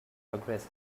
progress